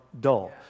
dull